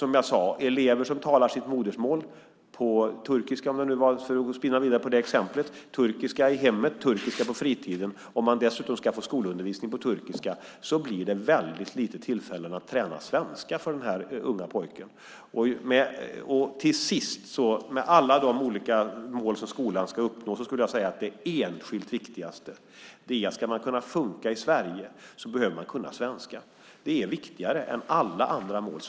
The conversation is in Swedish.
Om elever som talar sitt modersmål - turkiska, för att spinna vidare på det exemplet - i hemmet och på fritiden dessutom ska få skolundervisning på turkiska får de väldigt få tillfällen att träna svenska. Bland alla de mål som skolan ska uppnå skulle jag säga att det enskilt viktigaste är svenska språket. Ska man kunna funka i Sverige behöver man kunna svenska. Det är viktigare än alla andra mål.